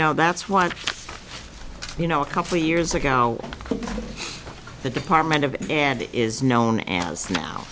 know that's what you know a couple of years ago the department of and it is known as now